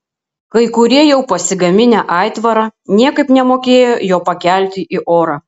kai kurie jau pasigaminę aitvarą niekaip nemokėjo jo pakelti į orą